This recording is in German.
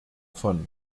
von